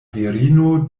virino